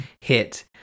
hit